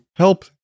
Help